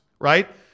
Right